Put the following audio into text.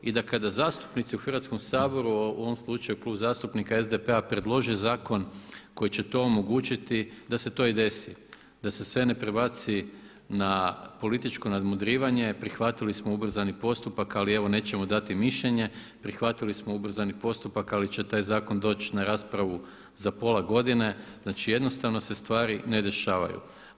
I da kada zastupnici u Hrvatskom saboru u ovom slučaju Klub zastupnika SDP-a predloži zakon koji će to omogućiti da se to i desi da se sve ne prebaci na političko nadmudrivanje, prihvatili smo ubrzani postupak ali evo nećemo dati mišljenje, prihvatili smo ubrzani postupak ali će taj zakon doći na raspravu za pola godine, znači jednostavno se stvari ne dešavaju.